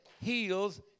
heals